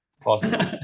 Possible